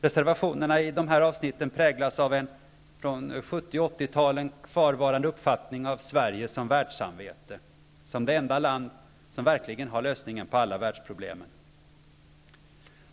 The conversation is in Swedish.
Reservationerna i dessa avsnitt präglas av en från 70 och 80-talen kvarvarande uppfattning av Sverige som världssamvete, som det enda land som verkligen har lösningen på världsproblemen.